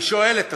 אני שואל את עצמי,